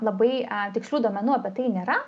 labai tikslių duomenų apie tai nėra